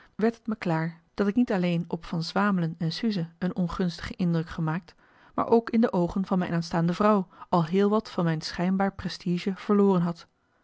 werd t me klaar dat ik niet alleen op van swamelen en suze een ongunstige indruk gemaakt maar ook in de oogen van mijn aanstaande vrouw al heel wat van mijn schijnbaar prestige verloren had